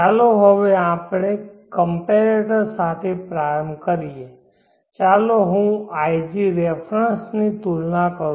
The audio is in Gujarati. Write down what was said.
ચાલો હવે આપણે કંપેરેટર સાથે પ્રારંભ કરીએ ચાલો હું ig રેફરન્સ ની તુલના કરું